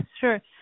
sure